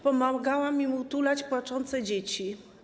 Pomagałam im utulać płaczące dzieci.